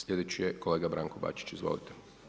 Slijedeći je kolega Branko Bačić, izvolite.